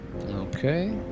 Okay